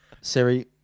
Siri